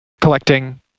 collecting